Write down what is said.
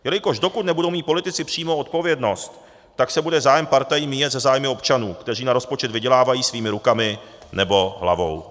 Jelikož dokud nebudou mít politici přímou odpovědnost, tak se bude zájem partají míjet se zájmy občanů, kteří na rozpočet vydělávají svýma rukama nebo hlavou.